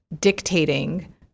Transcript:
dictating